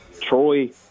Troy